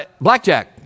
Blackjack